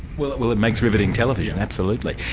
well it well it makes riveting television, absolutely.